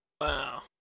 Wow